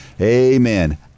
Amen